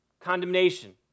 condemnation